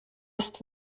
ist